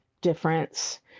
difference